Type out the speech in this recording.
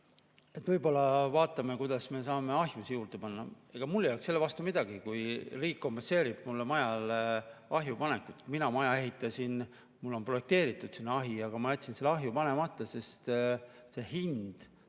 ... võib-olla vaatame, kuidas me saame ahjusid juurde panna. Ega mul ei oleks selle vastu midagi, kui riik kompenseerib mulle majale ahju panekut. Kui mina maja ehitasin, mul on projekteeritud sinna ahi, aga ma jätsin selle ahju panemata, sest see hind